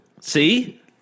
See